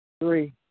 Three